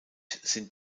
sind